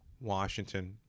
Washington